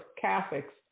Catholics